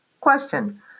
Question